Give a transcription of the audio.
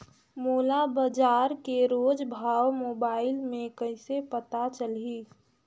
मोला बजार के रोज भाव मोबाइल मे कइसे पता चलही?